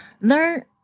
learn